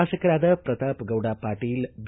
ಶಾಸಕರಾದ ಪ್ರತಾಪ ಗೌಡ ಪಾಟೀಲ್ ಬಿ